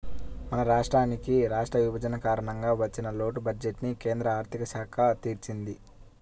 మన రాష్ట్రానికి రాష్ట్ర విభజన కారణంగా వచ్చిన లోటు బడ్జెట్టుని కేంద్ర ఆర్ధిక శాఖ తీర్చింది